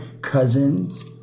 cousins